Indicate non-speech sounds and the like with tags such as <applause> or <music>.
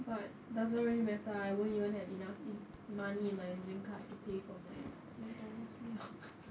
but doesn't really matter I won't even have enough money in my EZ-link card to pay for my McDonald's meal <laughs>